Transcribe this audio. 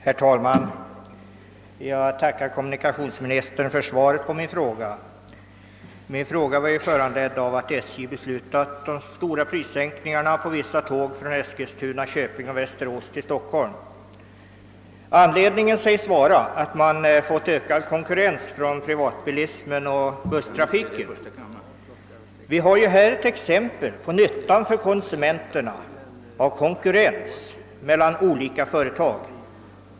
Herr talman! Jag tackar kommunikationsministern för svaret på min fråga. Denna var ju föranledd av de av SJ beslutade stora prissänkningarna på vissa tågresor från Eskilstuna, Köping och Västerås till Stockholm. Anledningen till prissänkningarna anges vara att man fått ökad konkurrens från privatbilismen och busstrafiken. Detta är ett exempel på nyttan för konsumenterna av konkurrens mellan olika företag.